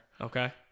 Okay